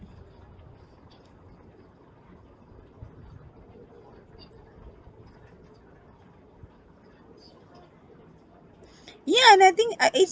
ya and I think I it's